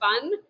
fun